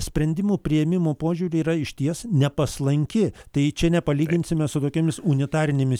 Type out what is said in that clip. sprendimų priėmimo požiūriu yra išties nepaslanki tai čia nepalyginsime su kokiomis unitarinėmis